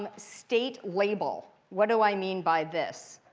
um state label. what do i mean by this?